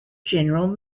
general